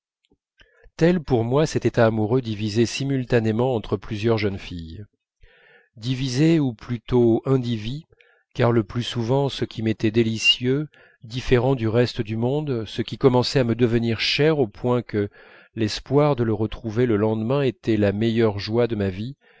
tel pour moi cet état amoureux divisé simultanément entre plusieurs jeunes filles divisé ou plutôt indivisé car le plus souvent ce qui m'était délicieux différent du reste du monde ce qui commençait à me devenir cher au point que l'espoir de le retrouver le lendemain était la meilleure joie de ma vie